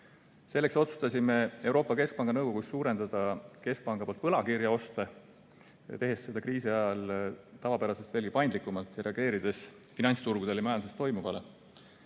Selleks otsustasime Euroopa Keskpanga nõukogus suurendada keskpanga poolt võlakirjaoste, tehes seda kriisiajal tavapärasest veelgi paindlikumalt ning reageerides finantsturgudel ja majanduses toimuvale.